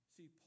See